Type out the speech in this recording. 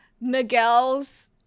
Miguel's